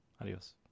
Adios